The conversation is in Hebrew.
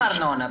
ארנונה.